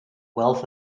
wealth